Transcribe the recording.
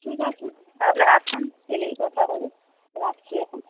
ঠিক আছে তাহলে আসুন এলেই কথা হবে রাখছি এখন